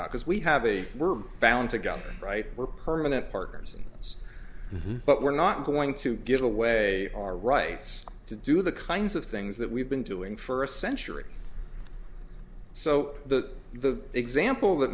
out because we have a we're bound together right we're permanent partners in this but we're not going to give away our rights to do the kinds of things that we've been doing for a century so the the example that